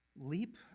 leap